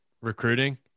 recruiting